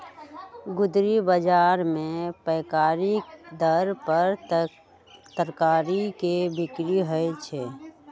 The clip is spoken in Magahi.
गुदरी बजार में पैकारी दर पर तरकारी के बिक्रि होइ छइ